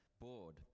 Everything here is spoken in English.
board